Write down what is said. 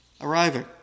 arriving